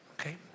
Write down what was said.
okay